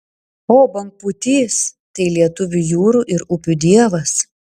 o bangpūtys tai lietuvių jūrų ir upių dievas